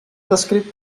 descrit